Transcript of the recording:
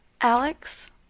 Alex